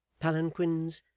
palanquins,